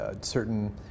certain